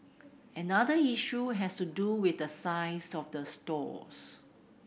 another issue has to do with the size of the stalls